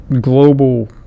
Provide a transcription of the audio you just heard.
global